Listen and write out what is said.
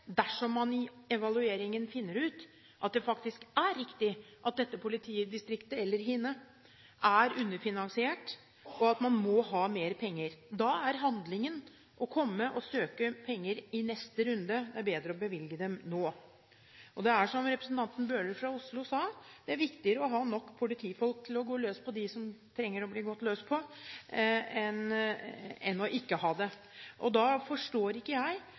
dersom man i evalueringen finner ut at det faktisk er riktig at dette politidistriktet eller hint er underfinansiert, og at man må ha mer penger. Da er handlingen å komme og søke penger i neste runde. Det er bedre å bevilge dem nå. Det er som representanten Bøhler fra Oslo sa: Det er viktigere å ha nok politifolk til å gå løs på dem som trenger å bli gått løs på, enn ikke å ha det. Da forstår ikke jeg